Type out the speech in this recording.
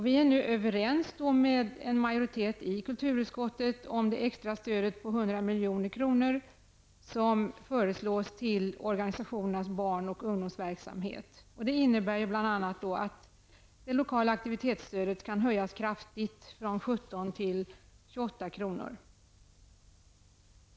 Vi är överens med en majoritet i kulturutskottet om det extra stöd på 100 milj.kr. som nu föreslås till organisationernas barn och ungdomsverksamhet. Det innebär bl.a. att det lokala aktivitetsstödet kan höjas kraftigt, från 17 till 28 kr.